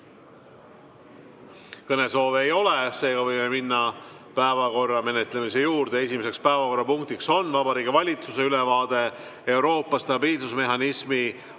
Kõnesoove ei ole, seega võime minna päevakorrapunktide menetlemise juurde. Esimene päevakorrapunkt on Vabariigi Valitsuse ülevaade Euroopa stabiilsusmehhanismi